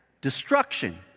destruction